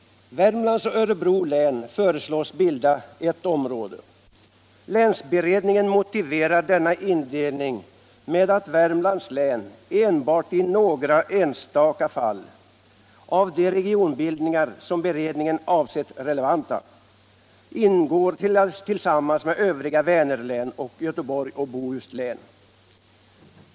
Värmlands och Örebro län föreslås bilda ett område. Länsberedningen motiverar denna indelning med att Värmlands län enbart i några enstaka fall — av de regionbildningar som beredningen ansett relevanta — ingår tillsammans med övriga Vänerlän och Göteborgs och Bohus län.